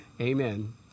Amen